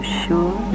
sure